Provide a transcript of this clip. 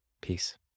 Peace